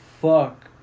fuck